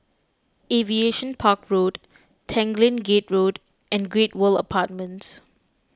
Aviation Park Road Tanglin Gate Road and Great World Apartments